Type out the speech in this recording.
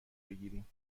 بگیریم